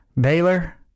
Baylor